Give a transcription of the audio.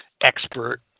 expert